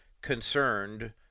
concerned